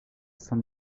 san